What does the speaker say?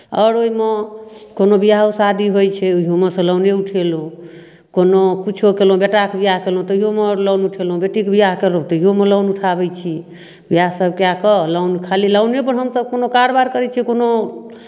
आओर ओहिमे कोनो बियाहो शादी होइत छै ओहियोमे सँ लोने उठयलहुँ कोनो किछो कयलहुँ बेटाके बियाह कयलहुँ तहियोमे लोन उठेलहुँ बेटीके बियाह कयलहुँ तैयोमे लोन उठाबै छी उएहसभ कए कऽ लोन खाली लोनेपर हमसभ कोनो कारबार करै छियै कोनो